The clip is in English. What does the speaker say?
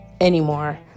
anymore